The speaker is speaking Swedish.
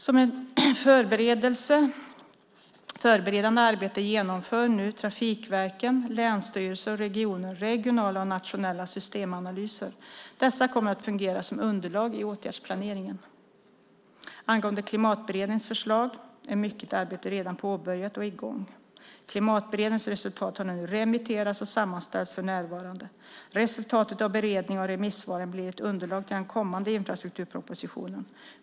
Som ett förberedande arbete genomför nu trafikverken, länsstyrelser och regioner regionala och nationella systemanalyser. Dessa kommer att fungera som underlag i åtgärdsplaneringen. Angående Klimatberedningens förslag är mycket arbete redan påbörjat och i gång. Klimatberedningens resultat har nu remitterats och sammanställs för närvarande. Resultatet av beredningen och remissvaren blir ett underlag till den kommande infrastrukturpropositionen.